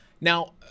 Now